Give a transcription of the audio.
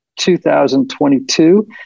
2022